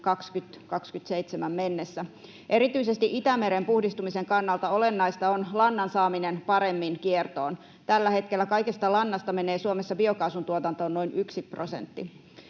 2027 mennessä. Erityisesti Itämeren puhdistumisen kannalta olennaista on lannan saaminen paremmin kiertoon. Tällä hetkellä kaikesta lannasta menee Suomessa biokaasun tuotantoon noin yksi prosentti.